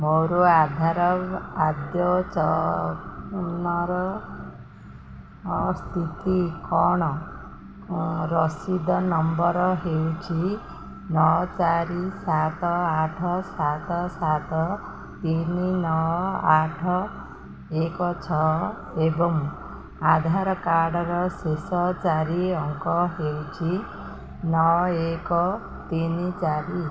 ମୋ ଆଧାର ଅଦ୍ୟତନର ସ୍ଥିତି କ'ଣ ରସିଦ ନମ୍ବର ହେଉଛି ନଅ ଚାରି ସାତ ଆଠ ସାତ ସାତ ତିନି ନଅ ଆଠ ଏକ ଛଅ ଏବଂ ଆଧାର କାର୍ଡ଼ର ଶେଷ ଚାରି ଅଙ୍କ ହେଉଛି ନଅ ଏକ ତିନି ଚାରି